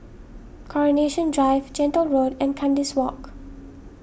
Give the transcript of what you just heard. Coronation Drive Gentle Road and Kandis Walk